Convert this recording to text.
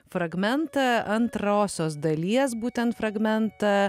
fragmentą antrosios dalies būtent fragmentą